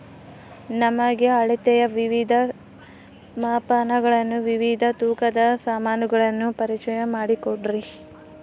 ನಮಗೆ ಅಳತೆಯ ವಿವಿಧ ಮಾಪನಗಳನ್ನು ವಿವಿಧ ತೂಕದ ಸಾಮಾನುಗಳನ್ನು ಪರಿಚಯ ಮಾಡಿಕೊಡ್ರಿ?